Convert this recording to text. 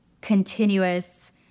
continuous